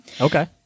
Okay